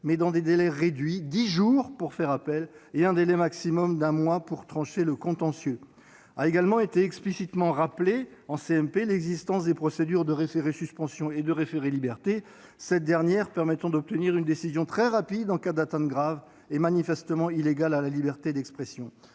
mais dans des délais réduits : dix jours pour faire appel et un délai maximum d'un mois pour trancher le contentieux. Les membres de la commission mixte paritaire ont également rappelé explicitement l'existence des procédures de référé-suspension et de référé-liberté, cette dernière permettant d'obtenir une décision très rapide en cas d'atteinte grave et manifestement illégale à la liberté d'expression.